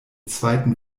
zweiten